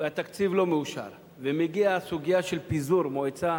והתקציב לא מאושר, ומגיעה הסוגיה של פיזור מועצה,